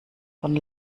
von